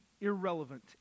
irrelevant